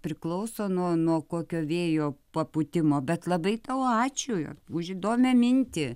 priklauso nuo nuo kokio vėjo papūtimo bet labai tau ačiū už įdomią mintį